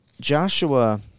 Joshua